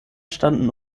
standen